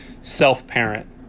self-parent